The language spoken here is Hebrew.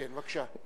בבקשה.